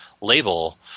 label